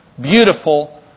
Beautiful